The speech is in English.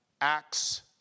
acts